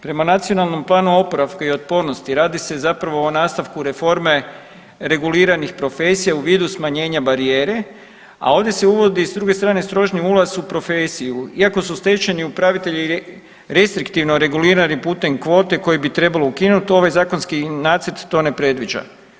Prema Nacionalnom planu oporavka i otpornosti radi se zapravo o nastavku reforme reguliranih profesija u vidu smanjenja barijere, a ovdje se uvodi s druge strane stroži ulaz u profesiju iako su stečajni upravitelji restriktivno regulirani putem kvote koje bi trebalo ukinuti ovaj zakonski nacrt to ne predviđa.